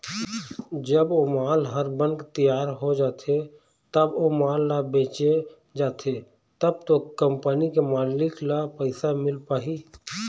जब ओ माल ह बनके तियार हो जाथे तब ओ माल ल बेंचे जाथे तब तो कंपनी के मालिक ल पइसा मिल पाही